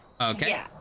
Okay